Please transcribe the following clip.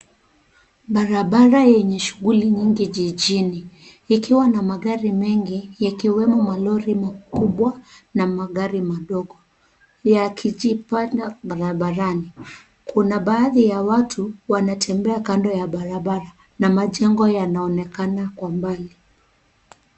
Barabara yenye shughuli nyingi jijini ikiwa na magari mengi yakiwemo malori makubwa na magari madogo yakijipanga barabarani. Kuna baadhi ya watu kando ya barabara na majengo yanaonekana kwa mbali.